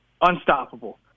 Unstoppable